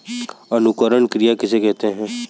अंकुरण क्रिया किसे कहते हैं?